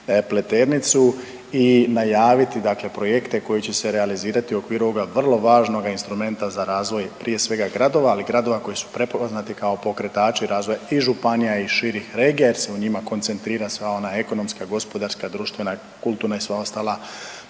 i najaviti, dakle projekte koji će se realizirati u okviru ovoga vrlo važnoga instrumenta za razvoj prije svega gradova, ali i gradova koji su prepoznati kao pokretači razvoja i županija i širih regija jer se u njima koncentrira sva ona ekonomska, gospodarska, društvena, kulturna i sva ostala